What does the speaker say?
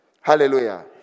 Hallelujah